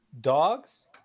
dogs